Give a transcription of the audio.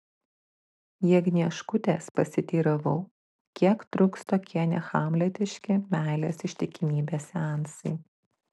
jagnieškutės pasiteiravau kiek truks tokie nehamletiški meilės ištikimybės seansai